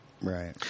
Right